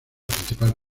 principal